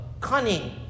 cunning